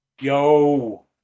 Yo